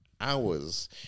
hours